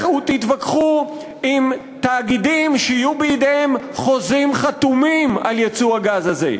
לכו תתווכחו עם תאגידים שיהיו בידיהם חוזים חתומים על ייצור הגז הזה.